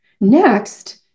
next